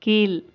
கீழ்